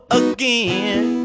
again